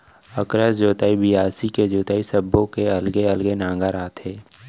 अकरस जोतई, बियासी के जोतई सब्बो के अलगे अलगे नांगर आथे